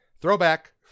throwback